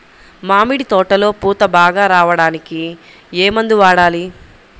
మామిడి తోటలో పూత బాగా రావడానికి ఏ మందు వాడాలి?